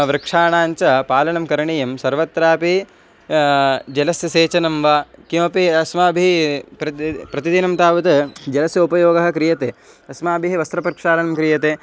वृक्षाणाञ्च पालनं करणीयं सर्वत्रापि जलस्य सेचनं वा किमपि अस्माभिः प्रति प्रतिदिनं तावत् जलस्य उपयोगः क्रियते अस्माभिः वस्त्रप्रक्षालनं क्रियते